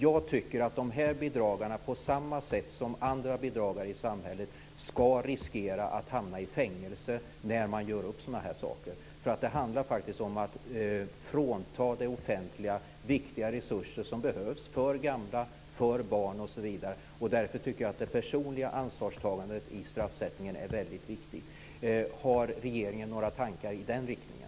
På samma sätt som andra bedragare i samhället tycker jag att dessa bedragare ska riskera att hamna i fängelse när de gör upp om kontrakten. Det handlar faktiskt om att frånta det offentliga viktiga resurser som behövs för gamla, barn osv. Därför anser jag att det personliga ansvaret i straffsättningen är väldigt viktigt. Har regeringen några tankar i den riktningen?